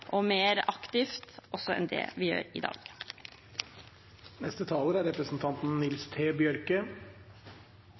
og mer aktivt enn det vi gjør i dag. Berre ein kort merknad til representanten